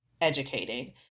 educating